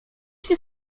się